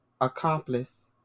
accomplice